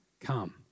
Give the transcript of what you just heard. Come